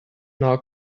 now